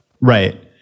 Right